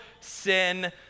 sin